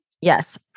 Yes